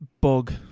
bug